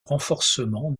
renforcement